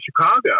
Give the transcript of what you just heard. Chicago